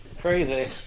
Crazy